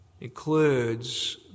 includes